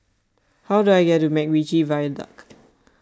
how do I get to MacRitchie Viaduct